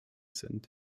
sind